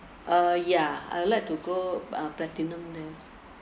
uh yeah I would like to go uh platinum there